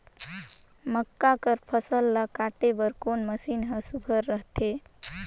मक्का कर फसल ला काटे बर कोन मशीन ह सुघ्घर रथे?